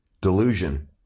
Delusion